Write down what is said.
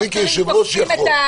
אני כיושב-ראש יכול.